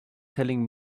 telling